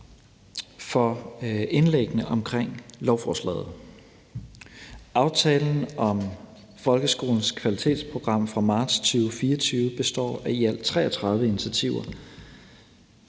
for indlæggene omkring lovforslaget. Aftalen om folkeskolens kvalitetsprogram fra marts 2024 består af i alt 33 initiativer.